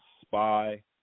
spy